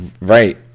Right